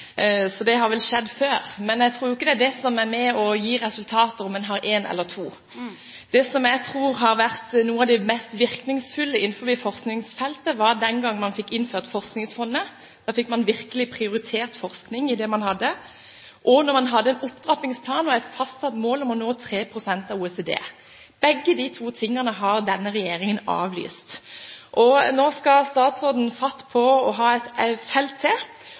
skjedd før. Men jeg tror ikke det som er med på å gi resultater, er om en har en eller to. Det som jeg tror har vært noe av det mest virkningsfulle innenfor forskningsfeltet, var at man den gang fikk innført Forskningsfondet. Da fikk man virkelig prioritert forskning, og man hadde en opptrappingsplan og et fastsatt mål om å nå OECD-målet på 3 pst. Begge de to tingene har denne regjeringen avlyst. Nå skal statsråden ta fatt på og ha et felt til,